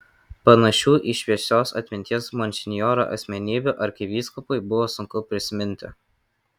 panašių į šviesios atminties monsinjorą asmenybių arkivyskupui buvo sunku prisiminti